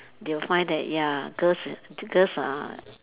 they will find that ya girls girls are